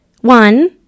One